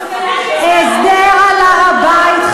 הסדר על הר-הבית,